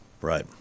Right